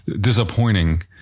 disappointing